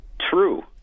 true